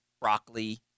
broccoli